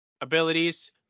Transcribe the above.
abilities